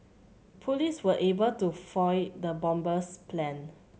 police were able to foil the bomber's plan